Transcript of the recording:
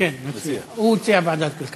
הוא הציע ועדת כלכלה.